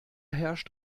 herrscht